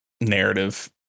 narrative